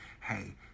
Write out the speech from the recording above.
hey